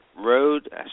Road